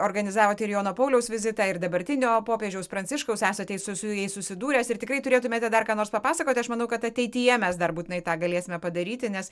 organizavote ir jono pauliaus vizitą ir dabartinio popiežiaus pranciškaus esate su su jais susidūręs ir tikrai turėtumėte dar ką nors papasakoti aš manau kad ateityje mes dar būtinai tą galėsime padaryti nes